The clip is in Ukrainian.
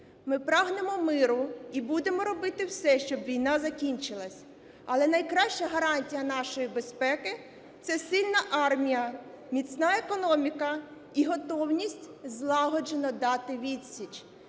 Ми прагнемо миру і будемо робити все, щоб війна закінчилася, але найкраща гарантія нашої безпеки – це сильна армія, міцна економіка і готовність злагоджено дати відсіч.